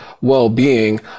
well-being